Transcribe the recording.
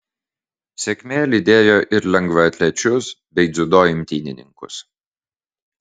sėkmė lydėjo ir lengvaatlečius bei dziudo imtynininkus